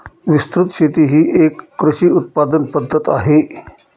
विस्तृत शेती ही एक कृषी उत्पादन पद्धत आहे